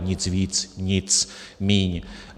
Nic víc, nic míň.